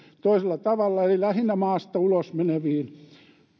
toisella tavalla eli lähinnä maasta ulos meneviin